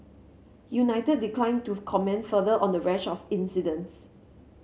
united declined to comment further on the rash of incidents